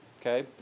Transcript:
okay